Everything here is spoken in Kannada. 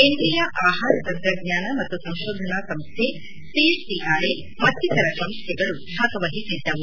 ಕೇಂದ್ರಿಯ ಆಹಾರ ತಂತ್ರಜ್ಞಾನ ಮತ್ತು ಸಂಶೋಧನಾ ಸಂಶ್ಲೆ ಸಿಎಫ್ಟಿಆರ್ಐ ಮತ್ತಿತರ ಸಂಶ್ಲೆಗಳು ಭಾಗವಹಿಸಿದ್ದವು